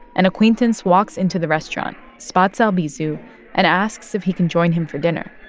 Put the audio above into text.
an acquaintance walks into the restaurant, spots albizu and asks if he can join him for dinner.